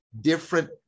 different